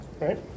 right